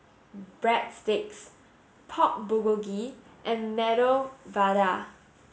Breadsticks Pork Bulgogi and Medu Vada